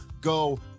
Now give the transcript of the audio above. go